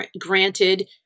granted